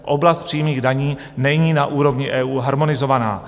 Oblast přímých daní není na úrovni EU harmonizovaná.